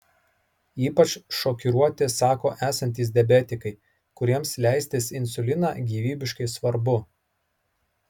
ypač šokiruoti sako esantys diabetikai kuriems leistis insuliną gyvybiškai svarbu